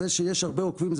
זה שיש הרבה עוקבים,